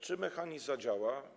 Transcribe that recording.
Czy mechanizm zadziała?